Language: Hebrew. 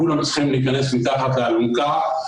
כולם צריכים להיכנס מתחת לאלונקה.